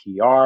PR